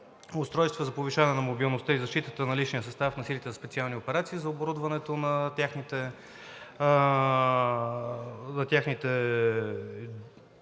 устройства за повишаване на мобилността и защитата на личния състав на Силите за специални операции, за оборудването на техните